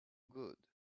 good